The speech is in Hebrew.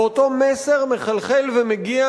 ואותו מסר מחלחל ומגיע